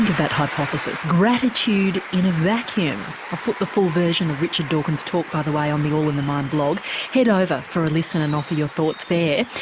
that hypothesis, gratitude in a vacuum? i've put the full version of richard dawkins' talk by the way on the all in the mind blog head over for a listen and offer your thoughts there.